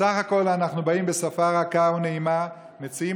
בסך הכול אנחנו באים בשפה רכה ונעימה ומציעים